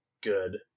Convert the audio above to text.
good